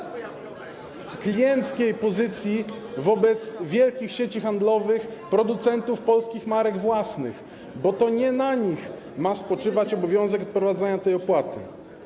Z soku jabłkowego... ...nie klienckiej pozycji wobec wielkich sieci handlowych, producentów polskich marek własnych, bo to nie na nich ma spoczywać obowiązek odprowadzania tej opłaty.